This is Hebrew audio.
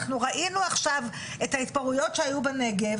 אנחנו ראינו עכשיו את ההתפרעויות שהיו בנגב.